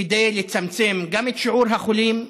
כדי לצמצם גם את שיעור החולים,